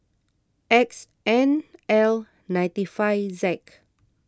X N L ninety five Z